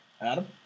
Adam